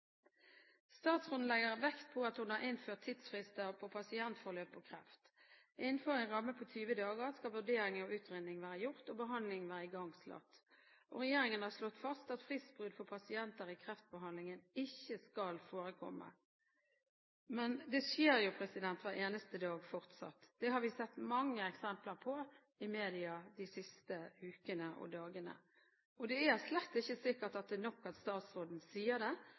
Statsråden legger vekt på at hun har innført tidsfrister på pasientforløp på kreft. Innenfor en ramme på 20 dager skal vurdering og utredning være gjort og behandling være igangsatt. Regjeringen har slått fast at fristbrudd for pasienter i kreftbehandling ikke skal forekomme. Men det skjer jo hver eneste dag fortsatt, det har vi sett mange eksempler på i media de siste ukene og dagene. Det er slett ikke sikkert at det er nok at statsråden sier det,